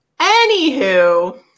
Anywho